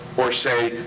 or say,